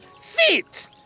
feet